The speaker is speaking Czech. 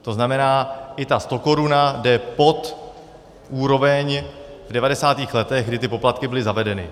To znamená, i ta stokoruna jde pod úroveň v devadesátých letech, kdy ty poplatky byly zavedeny.